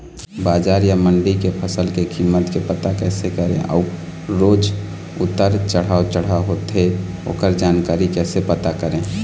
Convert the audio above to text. बजार या मंडी के फसल के कीमत के पता कैसे करें अऊ रोज उतर चढ़व चढ़व होथे ओकर जानकारी कैसे पता करें?